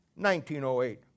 1908